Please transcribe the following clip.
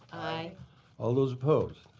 all those opposed?